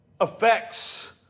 affects